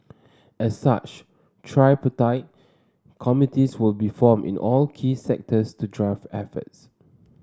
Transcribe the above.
as such tripartite committees will be formed in all key sectors to drive efforts